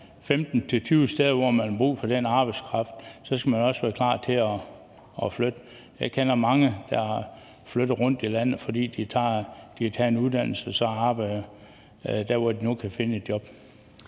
15-20 steder, hvor man har brug for den arbejdskraft, skal man jo også være klar til at flytte. Jeg kender mange, der er flyttet rundt i landet, fordi de har taget en uddannelse og så arbejder der, hvor de nu kan finde et job.